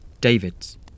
David's